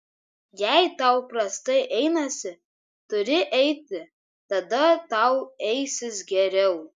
jei tau prastai einasi turi eiti tada tau eisis geriau